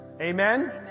Amen